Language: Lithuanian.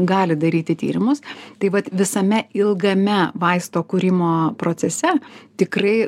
gali daryti tyrimus taip vat visame ilgame vaisto kūrimo procese tikrai